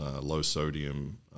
low-sodium